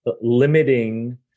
limiting